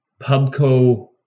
PubCo